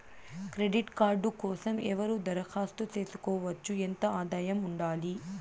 Credit card కోసం ఎవరు దరఖాస్తు చేసుకోవచ్చు? ఎంత ఆదాయం ఉండాలి?